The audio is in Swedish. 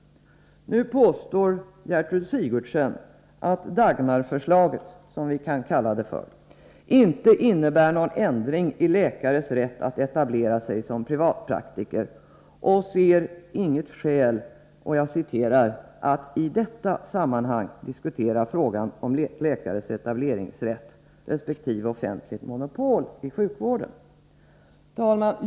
Nu påstår Gertrud Sigurdsen att Dagmarförslaget, som vi kan kalla det, inte innebär någon ändring i läkares rätt att etablera sig som privatpraktiker, och hon ser inget skäl att ”i detta sammanhang” diskutera frågan om läkares etableringsrätt resp. offentligt monopol inom sjukvården. Herr talman!